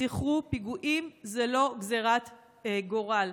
זכרו, פיגועים זה לא גזרת גורל.